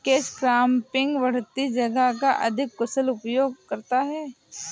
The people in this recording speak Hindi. कैच क्रॉपिंग बढ़ती जगह का अधिक कुशल उपयोग करता है